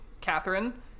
Catherine